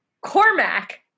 Cormac